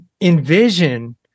envision